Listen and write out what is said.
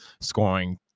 scoring